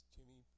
Jimmy